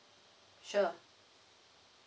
sure